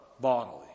bodily